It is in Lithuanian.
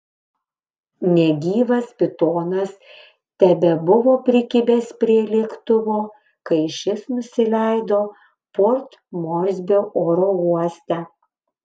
negyvas pitonas tebebuvo prikibęs prie lėktuvo kai šis nusileido port morsbio oro uoste